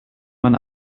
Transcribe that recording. man